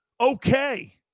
okay